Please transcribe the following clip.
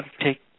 take